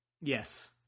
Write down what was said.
Yes